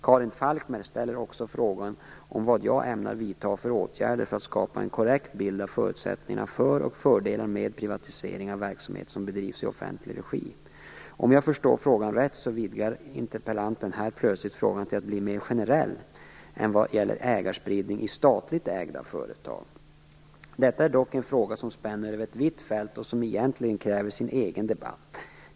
Karin Falkmer ställer också frågan vad jag ämnar vidta för åtgärder för att skapa en korrekt bild av förutsättningar för och fördelar med privatisering av verksamheter som bedrivs i offentlig regi. Om jag förstår frågan rätt vidgar interpellanten här plötsligt frågan till att bli mer generell än vad som gäller ägarspridning i statligt ägda företag. Detta är dock en fråga som spänner över ett vitt fält och som egentligen kräver sin egen debatt.